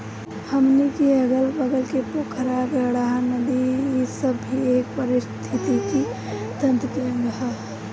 हमनी के अगल बगल के पोखरा, गाड़हा, नदी इ सब भी ए पारिस्थिथितिकी तंत्र के अंग ह